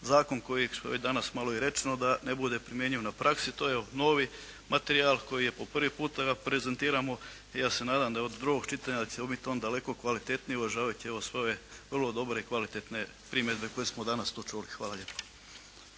zakon koji, što je danas malo i rečeno, ne bude primjenjiv u praksi. To je novi materijal koji po prvi puta ga prezentiramo. I ja se nadam da do drugog čitanja će on biti daleko kvalitetniji uvažavajući ove vrlo dobre i kvalitetne primjedbe koje smo danas tu čuli. Hvala lijepa.